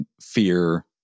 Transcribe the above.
fear